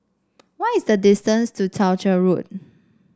what is the distance to Townshend Road